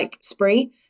spree